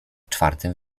czwartym